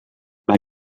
mae